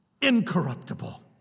incorruptible